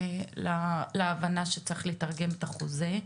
שהגעתם להבנה שצריך לתרגם את החוזה.